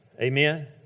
Amen